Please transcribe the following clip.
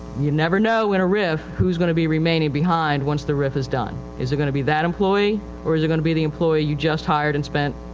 you never know in a rif whose going to be remaining behind once the rif is done. is it going to be that employee or is it going to be the employee you just hired and spent,